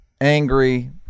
angry